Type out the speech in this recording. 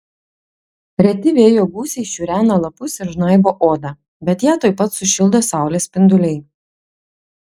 reti vėjo gūsiai šiurena lapus ir žnaibo odą bet ją tuoj pat sušildo saulės spinduliai